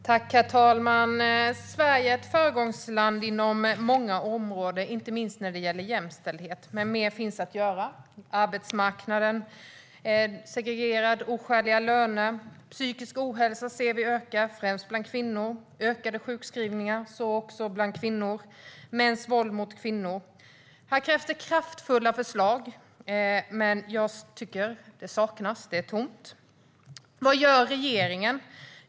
Herr talman! Sverige är ett föregångsland inom många områden, inte minst när det gäller jämställdhet. Men mer finns att göra. Arbetsmarknaden är segregerad, och vi ser oskäliga löner. Vi ser att den psykiska ohälsan ökar, främst bland kvinnor. Vi ser ökade sjukskrivningar, också bland kvinnor. Vi ser mäns våld mot kvinnor. Här krävs det kraftfulla förslag, men jag tycker att sådana saknas. Det är tomt. Vad gör regeringen?